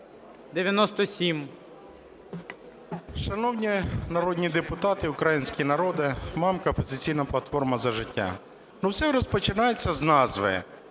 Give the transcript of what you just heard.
97.